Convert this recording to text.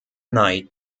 night